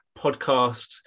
podcast